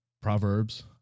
Proverbs